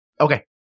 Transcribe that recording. Okay